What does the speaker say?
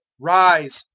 rise,